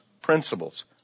principles